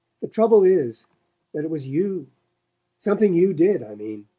the trouble is that it was you something you did, i mean.